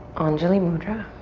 anjuli mudra.